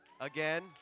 again